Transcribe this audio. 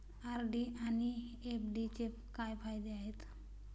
RD आणि एफ.डीचे काय फायदे आहेत?